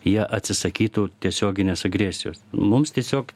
jie atsisakytų tiesioginės agresijos mums tiesiog